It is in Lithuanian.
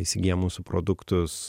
įsigyja mūsų produktus